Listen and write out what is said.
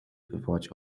wywołać